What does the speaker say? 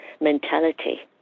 mentality